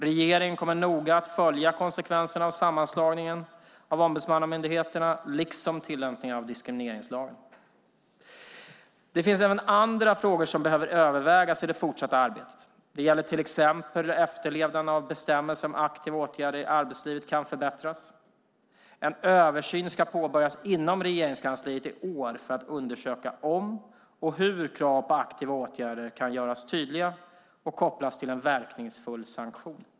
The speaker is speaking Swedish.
Regeringen kommer noga att följa konsekvenserna av sammanslagningen av ombudsmannamyndigheterna liksom tillämpningen av diskrimineringslagen. Det finns även andra frågor som behöver övervägas i det fortsatta arbetet. Det gäller till exempel hur efterlevnaden av bestämmelser om aktiva åtgärder i arbetslivet kan förbättras. En översyn ska påbörjas inom Regeringskansliet i år för att undersöka om och hur krav på aktiva åtgärder kan göras tydliga och kopplas till en verkningsfull sanktion.